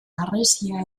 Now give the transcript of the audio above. harresia